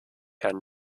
herrn